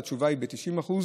התשובה היא ב-90%: